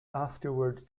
afterward